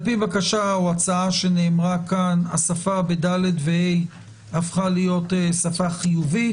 לפי בקשה או הצעה שנאמרה פה השפה ב-ד ו-ה הפכה שפה חיובית.